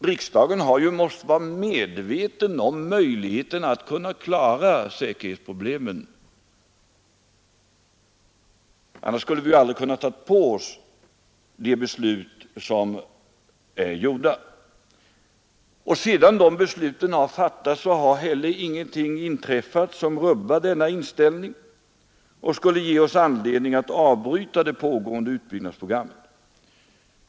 Riksdagen har måst vara medveten om möjligheten att klara säkerhetsproblemen. Annars skulle vi ju aldrig ha kunnat ta på oss de beslut som är gjorda. Sedan de besluten fattades har heller ingenting inträffat som rubbar vår inställning och skulle ge oss anledning att avbryta det pågående utbyggnadsprogrammet.